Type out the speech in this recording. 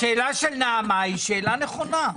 השאלה של נעמה היא שאלה נכונה.